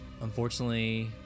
Unfortunately